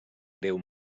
greu